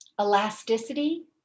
elasticity